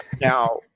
Now